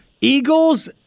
Eagles